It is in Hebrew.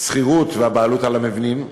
השכירות והבעלות על המבנים,